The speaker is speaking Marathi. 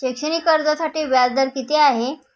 शैक्षणिक कर्जासाठी व्याज दर किती आहे?